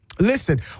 Listen